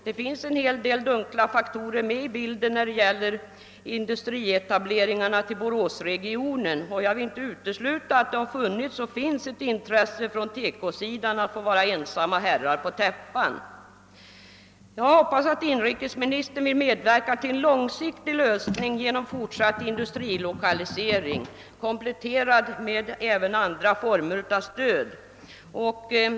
Det finns en hel del dunkla faktorer med i bilden när det gäller etableringar till Boråsregio nen, och jag vill inte utesluta att det på TEKO-sidan har rått och råder ett intresse av att få vara ensamma herrar på täppan. Jag hoppas att inrikesministern vill medverka till en långsiktig lösning genom fortsatt industrilokalisering, kompletterad med även andra former av stöd.